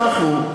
אנחנו,